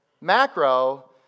macro